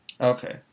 Okay